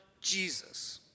Jesus